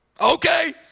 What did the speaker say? okay